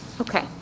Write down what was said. Okay